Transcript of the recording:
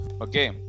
Okay